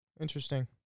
Interesting